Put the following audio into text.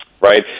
right